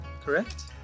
correct